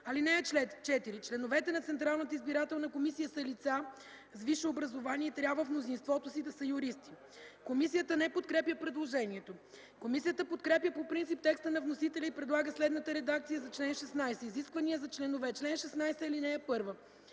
„(4) Членовете на Централната избирателна комисия са лица с висше образование и трябва в мнозинството си да са юристи.” Комисията не подкрепя предложението. Комисията подкрепя по принцип текста на вносителя и предлага следната редакция за чл. 16: „Изисквания за членове Чл. 16.